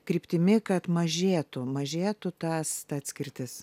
kryptimi kad mažėtų mažėtų tas ta atskirtis